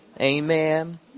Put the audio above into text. Amen